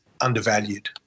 undervalued